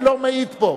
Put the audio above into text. אני לא מעיד פה.